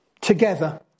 together